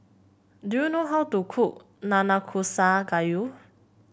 do you know how to cook Nanakusa Gayu